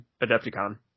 Adepticon